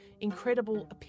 incredible